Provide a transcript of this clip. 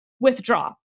withdraw